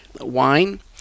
wine